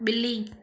बि॒ली